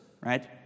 Right